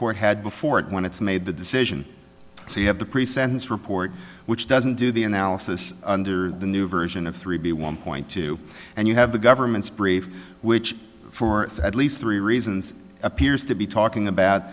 court had before it when it's made the decision so you have the pre sentence report which doesn't do the analysis under the new version of three b one point two and you have the government's brief which for at least three reasons appears to be talking about